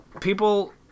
people